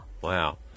Wow